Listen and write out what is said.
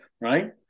right